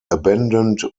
abandoned